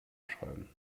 schreiben